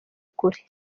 kure